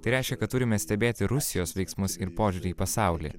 tai reiškia kad turime stebėti rusijos veiksmus ir požiūrį į pasaulį